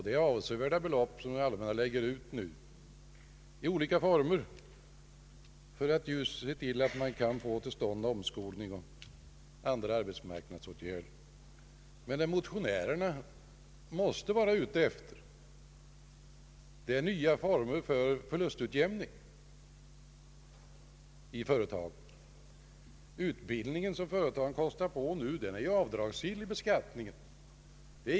Det är avsevärda belopp som det allmänna nu lägger ut i olika former för att få till stånd omskolning och andra arbetsmarknadsåtgärder. Men vad motionärerna måste vara ute efter är nya former för förlustutjämning i företagen. Den utbildning som företagen nu kostar på är ju avdragsgill vid beskattningen.